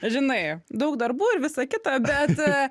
žinai daug darbų ir visa kita bet